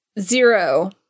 Zero